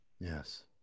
Yes